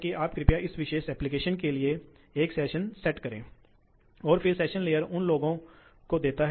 तो प्रति घंटे 35 प्रतिशत भारित घोड़े की शक्ति क्या है